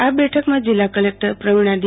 આ બેઠકમાં જિલ્લા કલેક્ટર પ્રવિણા ડી